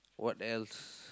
what else